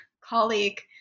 colleague